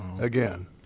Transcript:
again